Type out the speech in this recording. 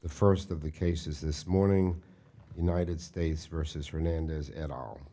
the first of the cases this morning united states versus fernandez and all